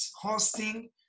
hosting